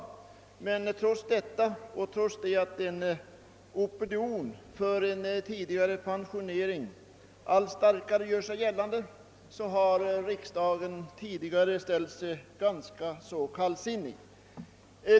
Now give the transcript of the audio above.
Riksdagen har emellertid, trots att en allt starkare opinion för tidigare pensionering gjort sig gällande, tidigare ställt sig ganska kallsinnig.